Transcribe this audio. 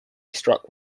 struck